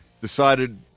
decided